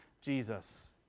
Jesus